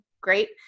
great